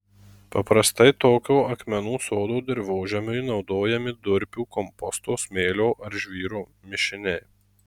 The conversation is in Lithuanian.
paprastai tokio akmenų sodo dirvožemiui naudojami durpių komposto smėlio ar žvyro mišiniai